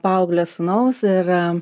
paauglio sūnaus ir